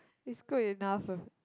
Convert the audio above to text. is good enough